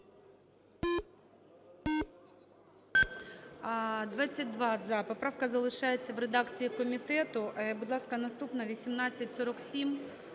За-22 Поправка залишається в редакції комітету. Будь ласка, наступна – 1847.